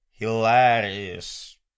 Hilarious